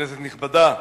כנסת נכבדה,